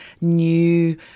new